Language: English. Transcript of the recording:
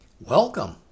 Welcome